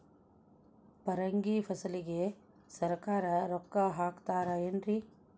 ಪರಂಗಿ ಫಸಲಿಗೆ ಸರಕಾರ ರೊಕ್ಕ ಹಾಕತಾರ ಏನ್ರಿ?